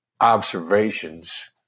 observations